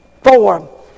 four